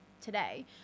today